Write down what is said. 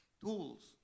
tools